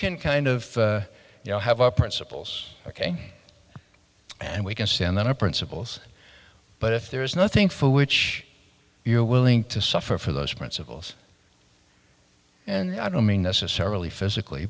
can kind of you know have our principles ok and we can stand on our principles but if there is nothing for which you're willing to suffer for those principles and i don't mean necessarily physically